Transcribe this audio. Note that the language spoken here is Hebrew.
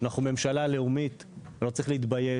אנחנו ממשלה לאומית ולא צריך להתבייש.